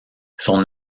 son